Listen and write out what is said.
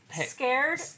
Scared